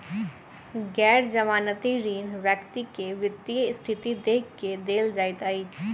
गैर जमानती ऋण व्यक्ति के वित्तीय स्थिति देख के देल जाइत अछि